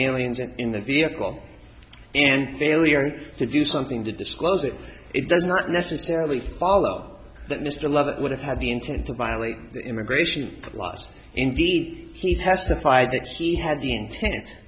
any liens and in the vehicle and failure to do something to disclose it it does not necessarily follow that mr leavitt would have had the intent to violate immigration laws indeed he testified that he had the intent